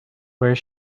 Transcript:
where